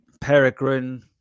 Peregrine